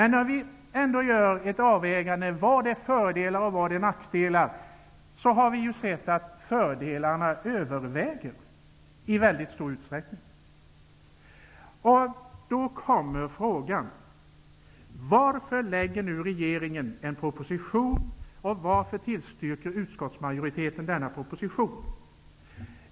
När vi ändå gör en avvägning mellan fördelar och nackdelar, har vi sett att fördelarna i mycket stor utsträckning överväger. Då uppstår frågan: Varför lägger regeringen nu fram en proposition, och varför tillstyrker utskottsmajoriteten denna proposition?